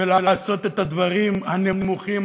ולעשות את הדברים הנמוכים,